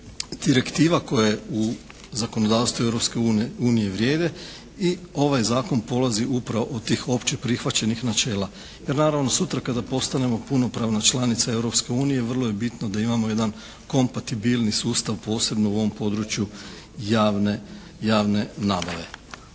direktiva koje u zakonodavstvu Europske unije vrijede i ovaj zakon polazi upravo od tih opće prihvaćenih načela. Jer naravno sutra kada postanemo punopravna članica Europske unije vrlo je bitno da imamo jedan kompatibilni sustav, posebno u ovom području javne nabave.